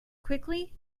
quickly